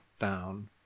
down